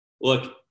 Look